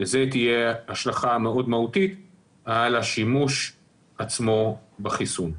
לזה תהיה השלכה מהותית מאוד על השימוש עצמו בחיסון.